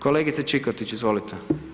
Kolegice Čikotić, izvolite.